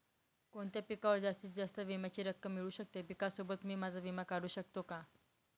कोणत्या पिकावर जास्तीत जास्त विम्याची रक्कम मिळू शकते? पिकासोबत मी माझा विमा काढू शकतो का?